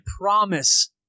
promise